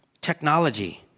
technology